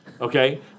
Okay